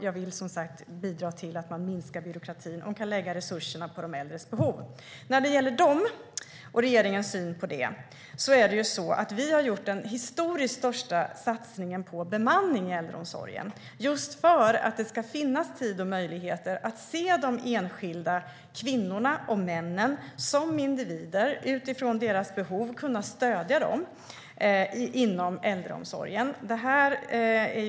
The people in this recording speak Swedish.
Jag vill som sagt bidra till att vi minskar byråkratin och kan lägga resurserna på de äldres behov, och vi har gjort den historiskt största satsningen på bemanning i äldreomsorgen, just för att det ska finnas tid och möjlighet att se de enskilda kvinnorna och männen som individer och kunna stödja dem inom äldreomsorgen utifrån deras behov.